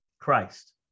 Christ